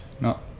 No